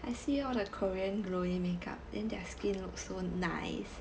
I see you all the korean makeup then their skin look so nice